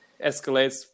Escalates